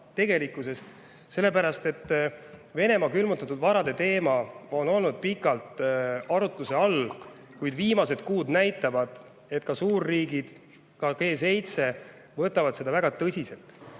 tegelikkuseks. Sellepärast et Venemaa külmutatud varade teema on olnud pikalt arutluse all, kuid [alles] viimased kuud näitavad, et ka suurriigid, ka G7 riigid võtavad seda väga tõsiselt.